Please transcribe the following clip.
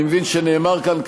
אני מבין שנאמר כאן,